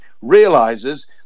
realizes